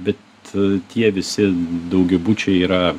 bet tie visi daugiabučiai yra